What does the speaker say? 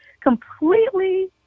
completely